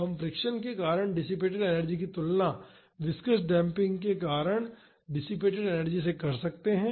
तो हम फ्रिक्शन के कारण डिसिपेटड एनर्जी की तुलना विस्कॉस डेम्पिंग के कारण डिसिपेटड एनर्जी से कर सकते हैं